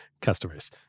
Customers